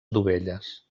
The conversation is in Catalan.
dovelles